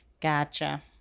Gotcha